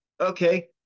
Okay